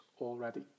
already